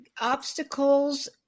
obstacles